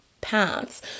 paths